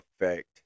effect